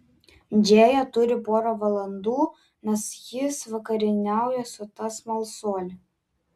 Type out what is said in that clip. džėja turi porą valandų nes jis vakarieniauja su ta smalsuole